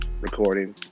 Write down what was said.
recording